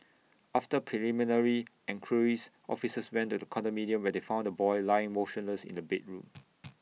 after preliminary enquiries officers went to the condominium where they found the boy lying motionless in A bedroom